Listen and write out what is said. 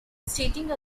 stating